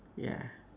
ya